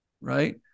Right